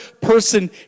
person